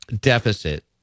deficit